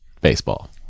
baseball